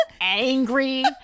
angry